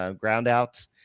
ground-out